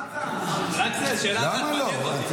מה זה --- רק זה, שאלה אחת --- למה לא?